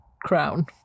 Crown